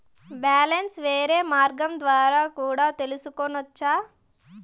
Balance వేరే మార్గం ద్వారా కూడా తెలుసుకొనొచ్చా?